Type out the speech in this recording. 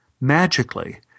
Magically